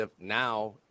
Now